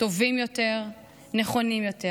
טובים יותר, נכונים יותר.